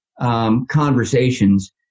conversations